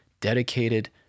dedicated